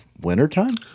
wintertime